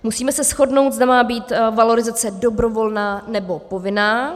Musíme se shodnout, zda má být valorizace dobrovolná, nebo povinná.